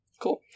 Cool